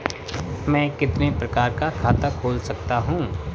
मैं कितने प्रकार का खाता खोल सकता हूँ?